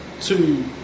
two